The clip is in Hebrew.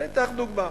אני אתן לך דוגמה.